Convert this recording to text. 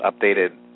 updated